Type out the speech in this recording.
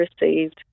received